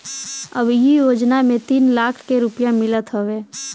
अब इ योजना में तीन लाख के रुपिया मिलत हवे